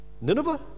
Nineveh